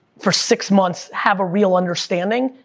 for six months, have a real understanding,